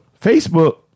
Facebook